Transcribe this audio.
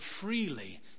freely